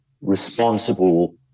responsible